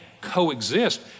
coexist